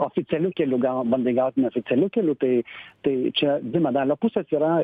oficialiu keliu gaut bandai gaut neoficialiu keliu tai tai čia dvi medalio pusės yra